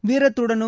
வீரத்துடனும்